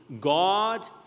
God